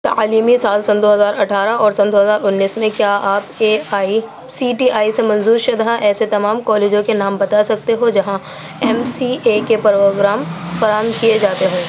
تعلیمی سال سن دو ہزار اٹھارہ اور سن دو ہزار انیس میں کیا آپ A I C T I سے منظور شدہ ایسے تمام کالجوں کے نام بتا سکتے ہو جہاں ایم سی اے کے پروگرام فراہم کیے جاتے ہوں